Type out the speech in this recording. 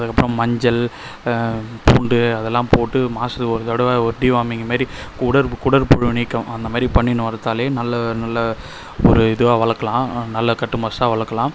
அதற்கப்பறோம் மஞ்சள் பூண்டு அதெலான் போட்டு மாதத்துக்கு ஒரு தடவை ஓர்டி வாங்கிங்க மாரி குடற் குடற்புழு நீக்கம் அந்த மேரி பண்ணின்னு வரத்தாலே நல்ல நல்ல ஒரு இதுவாக வளர்க்கலாம் நல்ல கட்டுமஸ்த்தாக வளர்க்குலான்